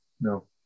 no